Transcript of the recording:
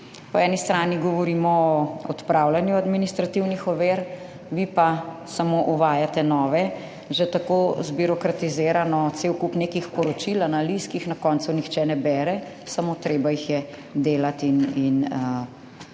Po eni strani govorimo o odpravljanju administrativnih ovir, vi pa samo uvajate nove, že tako zbirokratizirano cel kup nekih poročil, analiz, ki jih na koncu nihče ne bere, samo treba jih je delati in pošiljati